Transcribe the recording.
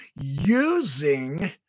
using